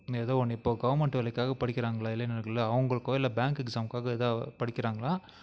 ஏதோ ஒன்று இப்போ கவர்மெண்ட்டு வேலைக்காக படிக்கிறாங்களா இளைஞர்கள் அவங்களுக்கோ இல்லை பேங்க்குக்கு எக்ஸாம்க்காக ஏதோ படிக்கிறாங்களா